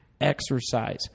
exercise